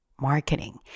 marketing